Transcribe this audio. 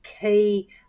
key